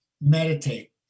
meditate